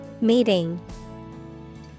Meeting